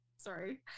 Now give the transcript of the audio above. sorry